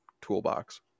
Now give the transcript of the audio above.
toolbox